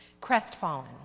Crestfallen